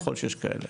ככל שיש כאלה.